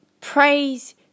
Praise